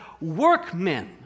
workmen